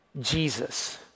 Jesus